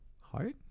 hard